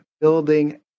building